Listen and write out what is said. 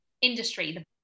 industry